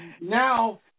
now